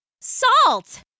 Salt